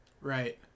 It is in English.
Right